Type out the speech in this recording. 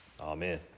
Amen